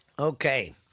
Okay